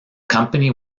company